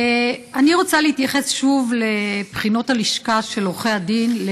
אני רוצה להתייחס שוב לבחינות הלשכה של עורכי הדין,